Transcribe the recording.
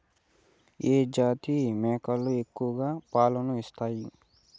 ఏ జాతి మేకలు ఎక్కువ పాలను ఇస్తాయి?